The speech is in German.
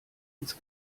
ins